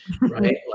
right